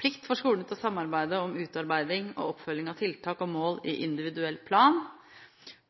plikt for skolene til å samarbeide om utarbeiding og oppfølging av tiltak og mål i individuell plan